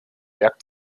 werk